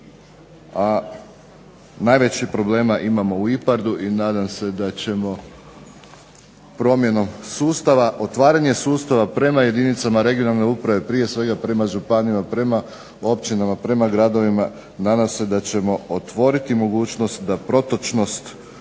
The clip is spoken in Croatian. a najveći problema imamo u IPARD-u i nadam se da ćemo otvaranjem sustava prema jedinicama regionalne uprave, prije svega prema županijama, općinama, gradovima nadam se da ćemo otvoriti mogućnost da protočnost